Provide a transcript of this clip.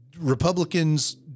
Republicans